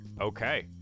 okay